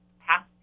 past